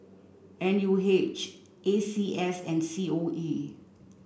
N U H A C S and C O E